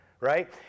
right